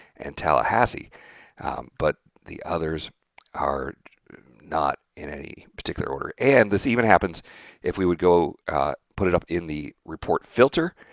and tallahassee but the others are not in any particular order, and this even happens if we would go put it up in the report filter,